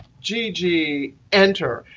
gigi. enter.